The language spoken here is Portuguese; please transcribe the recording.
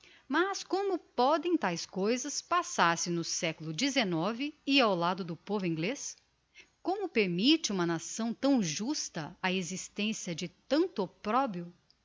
mas como pódem taes cousas passar se no seculo xix e ao lado do povo inglez como permitte uma nação tão justa a existencia de tanto oprobio